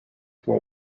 will